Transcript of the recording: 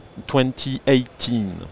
2018